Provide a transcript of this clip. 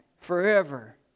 forever